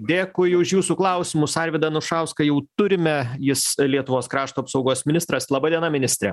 dėkui už jūsų klausimus arvydą anušauską jau turime jis lietuvos krašto apsaugos ministras laba diena ministre